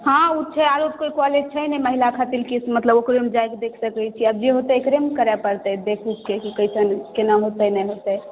हँ ओ छै आरो कोई कॉलेज छै ने महिला खातिर कि मतलब ओकरोमे जायके देखते की अब जे होतै एकरेमे करए परतै देखै छियै की कैसन केना होते नहि होते